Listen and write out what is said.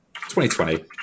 2020